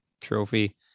trophy